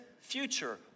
future